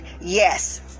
yes